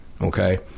Okay